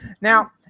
Now